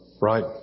Right